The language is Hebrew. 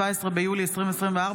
2024,